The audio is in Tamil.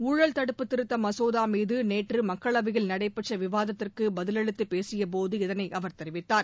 உள்ழல் தடுப்பு திருத்தமசோதாமீதுநேற்றுமக்களவையில் நடைபெற்றவிவாதத்திற்குபதிலளித்துப்பேசியபோது இதனைஅவர் தெரிவித்தார்